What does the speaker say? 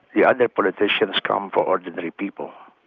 the other politicians come from ordinary people.